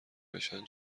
بشن